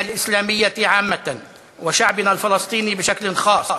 האסלאמית בכלל ולעמנו הפלסטיני בפרט לרגל חודש